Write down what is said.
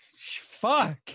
fuck